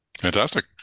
fantastic